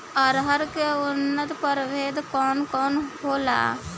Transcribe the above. अरहर के उन्नत प्रभेद कौन कौनहोला?